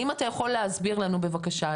האם אתה יכול להסביר לנו בבקשה,